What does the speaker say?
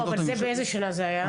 לא, אבל באיזה שלב זה היה?